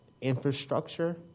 infrastructure